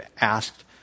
asked